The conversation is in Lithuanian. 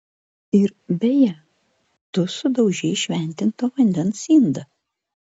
ir beje tu sudaužei šventinto vandens indą